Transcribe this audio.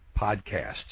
podcasts